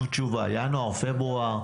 תנו תשובה ינואר, פברואר.